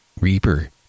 reaper